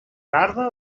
tarda